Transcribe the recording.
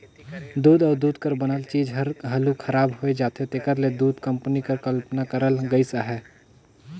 दूद अउ दूद कर बनल चीज हर हालु खराब होए जाथे तेकर ले दूध कंपनी कर कल्पना करल गइस अहे